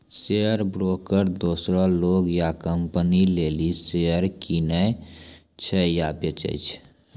share broker दोसरो लोग या कंपनी लेली शेयर किनै छै या बेचै छै